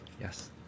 Yes